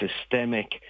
systemic